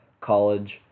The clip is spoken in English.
college